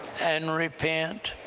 and repent,